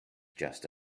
just